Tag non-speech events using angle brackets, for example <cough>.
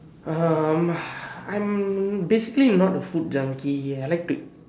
um <breath> I'm basically not a food junkie I like to